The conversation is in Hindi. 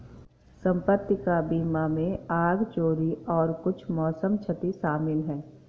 संपत्ति का बीमा में आग, चोरी और कुछ मौसम क्षति शामिल है